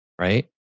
right